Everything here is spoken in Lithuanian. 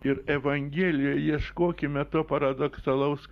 ir evangelija ieškokime to paradoksalaus